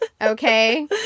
okay